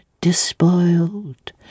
despoiled